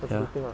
ya